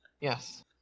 yes